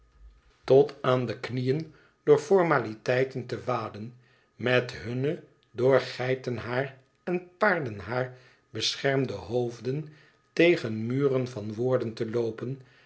tot aan de knieën door formaliteiten te waden met hunne door geitenhaar en paardenhaar beschermde hoofden tegen muren van woorden te loopen